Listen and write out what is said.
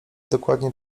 dokładnie